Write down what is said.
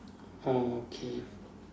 oh okay